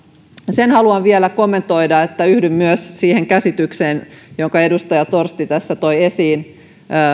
sen haluan vielä kommentoida että yhdyn myös siihen käsitykseen jonka edustaja torsti tässä toi esiin